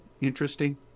interesting